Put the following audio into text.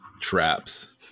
traps